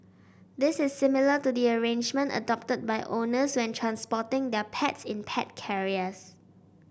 this is similar to the arrangement adopted by owners when transporting their pets in pet carriers